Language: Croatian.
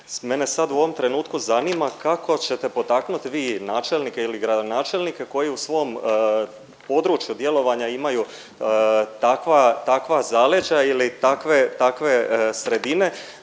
Mene sad u ovom trenutku zanima kako ćete potaknut vi načelnike ili gradonačelnike koji u svom području djelovanja imaju takva, takva zaleđa ili takve,